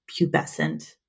pubescent